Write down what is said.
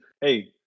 Hey